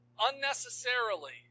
unnecessarily